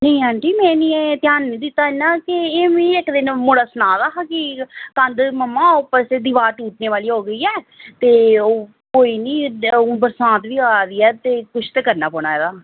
नेईं आंटी में निं एह् ध्यान नी दित्ता इ'न्ना कि एह् इक दिन मुड़ा सना दा हा कि कंध मम्मा ऊपर से दीवार टूटने वाली हो गेई है ते ओह् कोई नी हून बरसांत बी आए दी ऐ ते कुछ ते करना पौना एह्दा